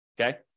okay